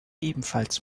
ebenfalls